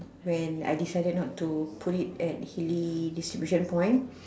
when I decided not to put it at Hilly distribution point